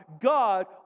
God